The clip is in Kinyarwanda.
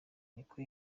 niko